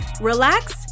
relax